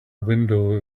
window